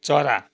चरा